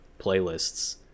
playlists